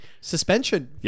suspension